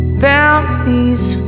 families